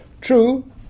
True